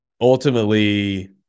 ultimately